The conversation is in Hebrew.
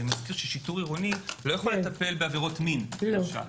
אני מזכיר ששיטור עירוני לא יכול לטפל בעבירות מין למשל.